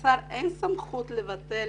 ולשר אין סמכות לבטל